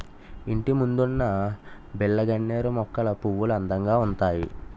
ఇంటిముందున్న బిల్లగన్నేరు మొక్కల పువ్వులు అందంగా ఉంతాయి